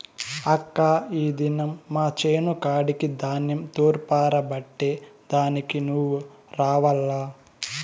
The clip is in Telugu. అక్కా ఈ దినం మా చేను కాడికి ధాన్యం తూర్పారబట్టే దానికి నువ్వు రావాల్ల